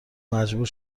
مجبور